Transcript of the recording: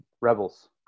rebels